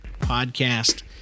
podcast